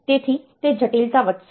તેથી તે જટિલતા વધશે